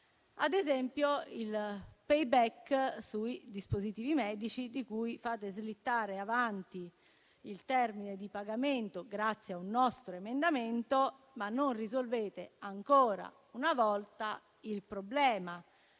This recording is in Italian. rispetto al *payback* sui dispositivi medici, fate slittare in avanti il termine di pagamento grazie a un nostro emendamento, ma non risolvete ancora una volta il problema.